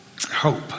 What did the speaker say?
Hope